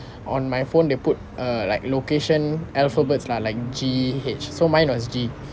on my phone they put err like location alphabets lah like G H so mine was G